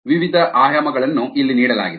ವಿವಿಧ ಆಯಾಮಗಳನ್ನು ಇಲ್ಲಿ ನೀಡಲಾಗಿದೆ